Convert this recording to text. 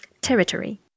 Territory